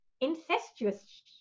incestuous